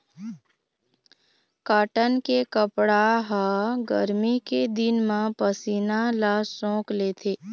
cotton के कपड़ा ह गरमी के दिन म पसीना ल सोख लेथे